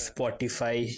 Spotify